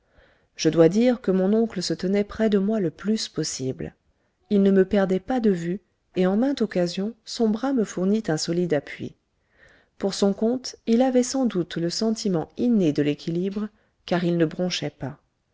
je dois dire que mon oncle se tenait près de moi le plus possible il ne me perdait pas de vue et en mainte occasion son bras me fournit un solide appui pour son compte il avait sans doute le sentiment inné de l'équilibre car il ne bronchait pas